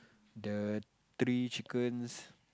the three chickens